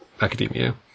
academia